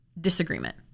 disagreement